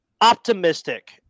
optimistic